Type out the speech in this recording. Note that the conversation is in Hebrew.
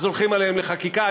הולכים עליהם בחקיקה.